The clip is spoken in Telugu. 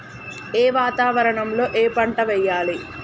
ఏ వాతావరణం లో ఏ పంట వెయ్యాలి?